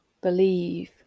believe